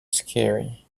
scary